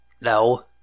no